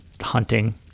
hunting